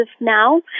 now